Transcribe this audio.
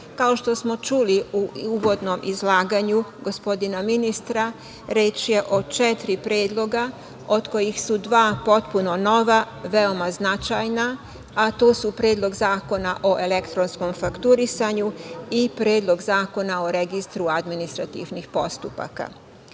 što smo čuli u uvodnom izlaganju gospodina ministra, reč je o četiri predloga, od kojih su dva potpuno nova, veoma značajna, a to su Predlog zakona o elektronskom fakturisanju i Predlog zakona o registru administrativnih postupaka. Veoma